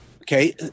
Okay